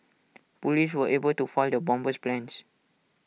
Police were able to foil the bomber's plans